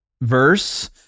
verse